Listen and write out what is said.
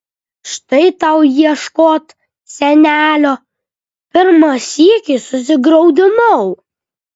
štai tau ieškot senelio pirmą sykį susigraudinau